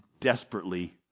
desperately